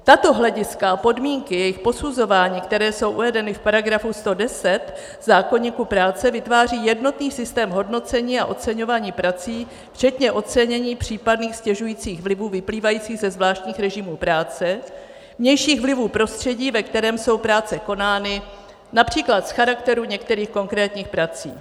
Tato hlediska a podmínky jejich posuzování, které jsou uvedeny v § 110 zákoníku práce, vytváří jednotný systém hodnocení a oceňování prací včetně ocenění případných ztěžujících vlivů vyplývajících ze zvláštních režimů práce, vnějších vlivů prostředí, ve kterém jsou práce konány, například z charakteru některých konkrétních prací.